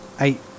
eight